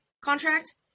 contract